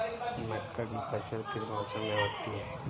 मक्का की फसल किस मौसम में होती है?